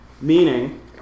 meaning